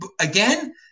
again